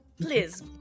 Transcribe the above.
Please